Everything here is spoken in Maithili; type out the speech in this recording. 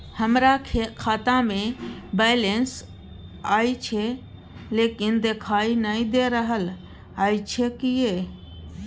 हमरा खाता में बैलेंस अएछ लेकिन देखाई नय दे रहल अएछ, किये?